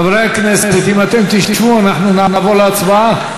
חברי הכנסת, אם תשבו, נעבור להצבעה.